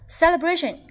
celebration